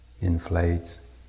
inflates